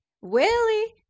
Willie